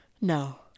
No